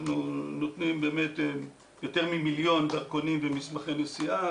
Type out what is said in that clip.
אנחנו נותנים יותר ממיליון דרכונים ומסמכי נסיעה,